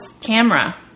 camera